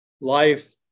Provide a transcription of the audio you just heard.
life